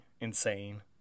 Insane